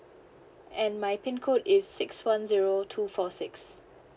and my pin code is six one zero two four six